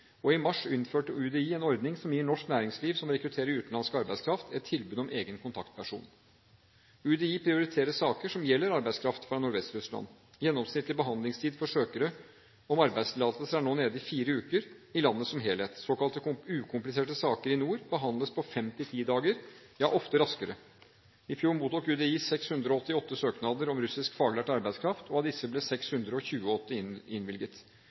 og i mars innførte UDI en ordning som gir norsk næringsliv som rekrutterer utenlandsk arbeidskraft, et tilbud om egen kontaktperson. UDI prioriterer saker som gjelder arbeidskraft fra Nordvest-Russland. Gjennomsnittlig behandlingstid for søknader om arbeidstillatelser er nå nede i fire uker i landet som helhet. Såkalt ukompliserte saker i nord behandles i løpet av fem–ti dager – ja ofte raskere. I fjor mottok UDI 688 søknader om russisk faglært arbeidskraft, og av disse ble